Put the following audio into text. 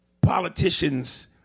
politicians